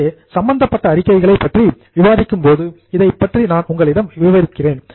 எனவே சம்பந்தப்பட்ட அறிக்கைகளை பற்றி விவாதிக்கும்போது இதைப்பற்றி நான் உங்களிடம் விவரிக்கிறேன்